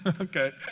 Okay